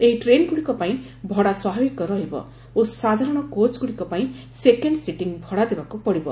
ଏହି ଟ୍ରେନ୍ଗୁଡ଼ିକ ପାଇଁ ଭଡା ସ୍ୱାଭାବିକ ରହିବ ଓ ସାଧାରଣ କୋଚ୍ ଗୁଡ଼ିକ ପାଇଁ ସେକେଣ୍ଡ ସିଟିଂ ଭଡା ଦେବାକୁ ପଡିବ